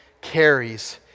carries